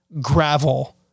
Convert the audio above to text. gravel